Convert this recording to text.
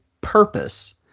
purpose